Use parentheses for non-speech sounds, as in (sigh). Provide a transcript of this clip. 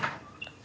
(laughs)